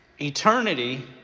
eternity